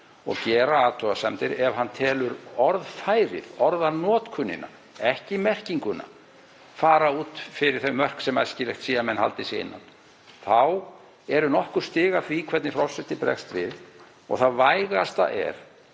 og gera athugasemdir ef hann telur orðfærið, orðanotkunina, ekki merkinguna, fara út fyrir þau mörk sem æskilegt er að menn haldi sig innan. Þá eru nokkur stig af því hvernig forseti bregst við. Það vægasta er